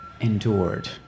endured